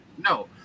No